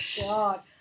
God